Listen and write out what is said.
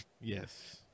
Yes